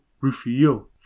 Rufio